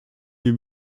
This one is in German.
hier